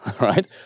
right